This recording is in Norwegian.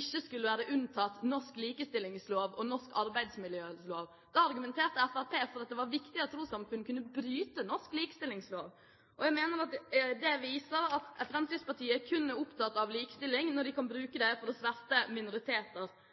ikke skulle være unntatt norsk likestillingslov og norsk arbeidsmiljølov. Da argumenterte Fremskrittspartiet for at det var viktig at trossamfunn kunne bryte norsk likestillingslov. Jeg mener at det viser at Fremskrittspartiet kun er opptatt av likestilling når de kan